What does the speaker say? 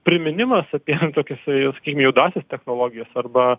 priminimas apie tokias sakykim juodąsias technologijas arba